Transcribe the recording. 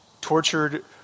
tortured